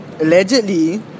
Allegedly